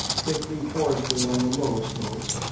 thickly forested on the lower slopes,